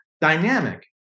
dynamic